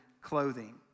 clothing